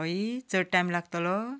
हय चड टायम लागतलो